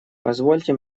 позвольте